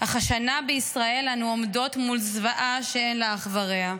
אך השנה בישראל אנו עומדות מול זוועה שאין לה אח ורע.